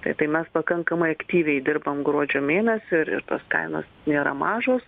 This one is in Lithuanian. tai tai mes pakankamai aktyviai dirbam gruodžio mėnesį ir ir tos kainos nėra mažos